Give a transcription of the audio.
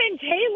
Taylor